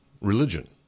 Religion